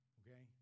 okay